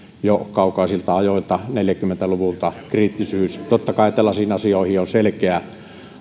jo kaukaisilta ajoilta neljäkymmentä luvulta kriittisyys tällaisiin asioihin on totta kai selkeä